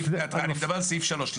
אני מדבר על פסקה (3).